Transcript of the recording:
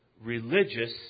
religious